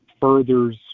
furthers